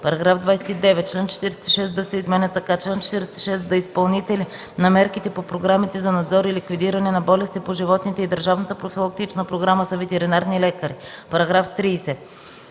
§ 29. Член 46д се изменя така: „Чл. 46д. Изпълнители на мерките по програмите за надзор и ликвидиране на болести по животните и държавната профилактична програма са ветеринарни лекари.” § 30.